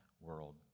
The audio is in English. world